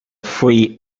free